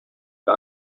wir